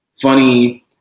funny